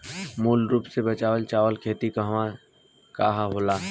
मूल रूप से चावल के खेती कहवा कहा होला?